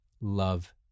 love